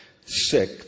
sick